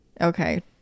Okay